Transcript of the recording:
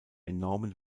enormen